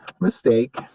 mistake